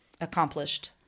accomplished